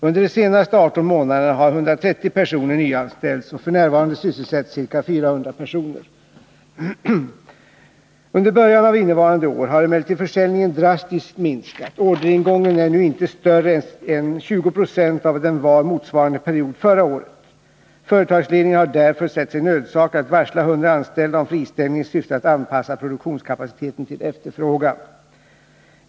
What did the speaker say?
Under de senaste 18 månaderna har 130 personer nyanställts, och f. n. sysselsätts ca 400 personer. Under början av innevarande år har emellertid försäljningen drastiskt minskat. Orderingången är nu inte större än 2076 av vad den var motsvarande period förra året. Företagsledningen har därför sett sig nödsakad att varsla 100 anställda om friställning i syfte att anpassa produktionskapaciteten till efterfrågan.